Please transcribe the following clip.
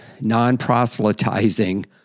non-proselytizing